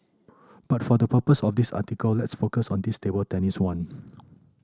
but for the purpose of this article let's focus on this table tennis one